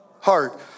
heart